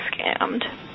scammed